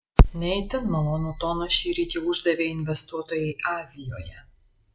ne itin malonų toną šįryt jau uždavė investuotojai azijoje